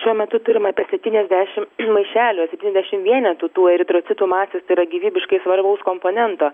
šiuo metu turim apie septyniasdešim maišelio septyniasdešim vienetų tų eritrocitų masės tai yra gyvybiškai svarbaus komponento